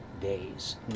days